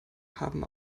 haben